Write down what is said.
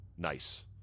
Nice